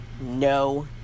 No